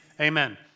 Amen